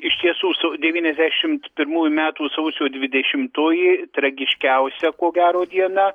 iš tiesų su devyniasdešimt pirmųjų metų sausio dvidešimtoji tragiškiausia ko gero diena